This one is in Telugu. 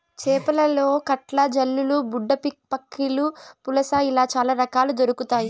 చేపలలో కట్ల, జల్లలు, బుడ్డపక్కిలు, పులస ఇలా చాల రకాలు దొరకుతాయి